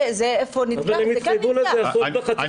זה איפה נתקע, זה כאן נתקע.